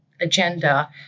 agenda